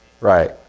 Right